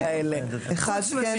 ראשית,